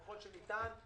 ככל שניתן,